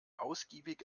ausgiebig